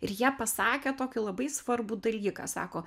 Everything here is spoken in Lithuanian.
ir jie pasakė tokį labai svarbų dalyką sako